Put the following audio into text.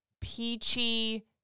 peachy